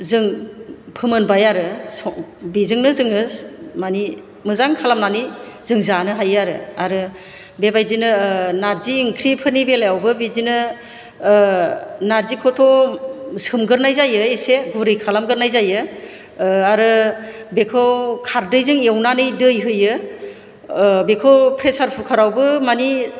जों फोमोनबाय आरो बेजोंनो जोङो माने मोजां खालामनानै जों जानो हायो आरो आरो बेबायदिनो नारजि ओंख्रिफोरनि बेलायावबो बिदिनो नारजिखौथ' सोमग्रोनाय जायो एसे गुरै खालामग्रोनाय जायो आरो बेखौ खारदैजों एवनानै दै होयो बेखौ प्रेसार कुकारावबो माने